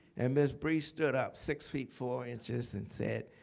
and miss bry stood up, six feet four inches and said,